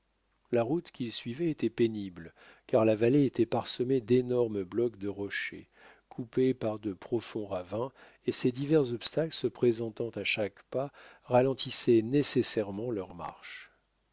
la route qu'ils suivaient était pénible car la vallée était parsemée d'énormes blocs de rochers coupée par de profonds ravins et ces divers obstacles se présentant à chaque pas ralentissaient nécessairement leur marche